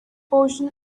portion